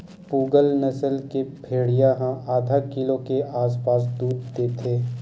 पूगल नसल के भेड़िया ह आधा किलो के आसपास दूद देथे